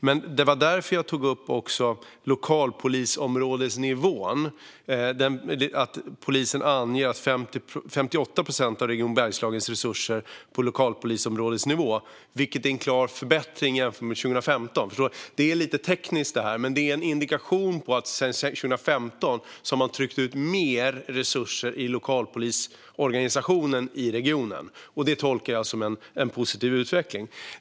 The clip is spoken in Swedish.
Men jag tog också upp lokalpolisområdesnivån eftersom 58 procent av Polisregion Bergslagens resurser går till lokalpolisområdesnivå, vilket är en klar förbättring jämfört med 2015. Det är lite tekniskt, detta, men det är en indikation på att man sedan 2015 har tryckt ut mer resurser i lokalpolisorganisationen i regionen, vilket jag tolkar som en positiv utveckling.